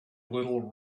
little